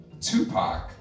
Tupac